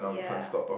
ya